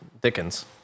Dickens